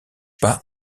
pas